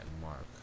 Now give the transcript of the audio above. mark